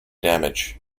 damage